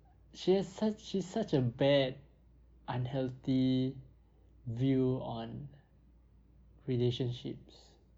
she has such she's such a bad unhealthy view on relationships